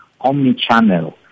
omnichannel